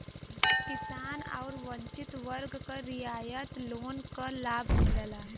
किसान आउर वंचित वर्ग क रियायत लोन क लाभ मिलला